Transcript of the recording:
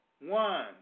one